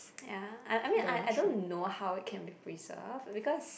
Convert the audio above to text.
ya I I mean I I don't know how it can be preserved because